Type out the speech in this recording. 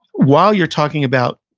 while you're talking about,